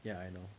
ya I know